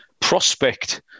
Prospect